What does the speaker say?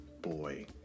Boy